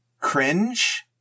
cringe